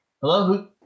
Hello